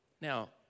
Now